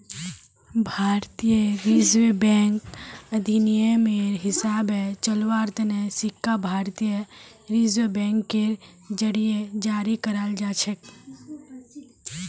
भारतीय reserve bank अधिनियमेर हिसाबे चलव्वार तने सिक्का भारतीय रिजर्व बैंकेर जरीए जारी कराल जाछेक